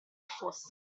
fosse